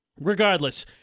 Regardless